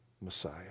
Messiah